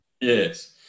Yes